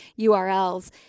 URLs